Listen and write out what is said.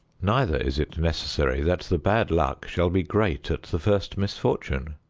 neither is it necessary that the bad luck shall be great at the first misfortune.